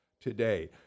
today